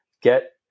get